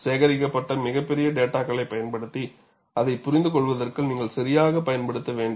சேகரிக்கப்பட்ட மிகப்பெரிய டேட்டாகளைப் பயன்படுத்தி அதைப் புரிந்துகொள்வதற்கு நீங்கள் சரியாகப் பயன்படுத்த வேண்டும்